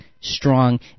strong